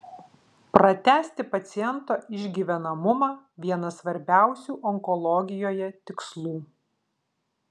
pratęsti paciento išgyvenamumą vienas svarbiausių onkologijoje tikslų